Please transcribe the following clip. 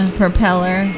propeller